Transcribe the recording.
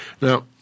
Now